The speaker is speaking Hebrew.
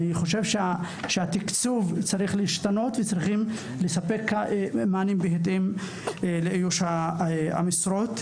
אני חושב שצריך לשנות את התקצוב ושצריך לספק מענה שיתאים לאיוש המשרה.